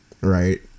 right